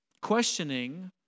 questioning